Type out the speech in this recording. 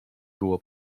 było